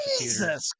Jesus